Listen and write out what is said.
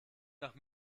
nach